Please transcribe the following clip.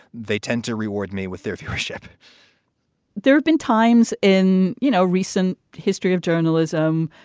they tend to reward me with their viewership there have been times in, you know, recent history of journalism,